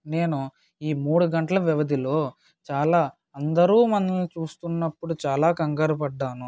నేను ఈ మూడు గంటల వ్యవధిలో చాలా అందరూ మనలని చూస్తున్నప్పుడు చాలా కంగారు పడ్డాను